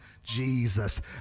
Jesus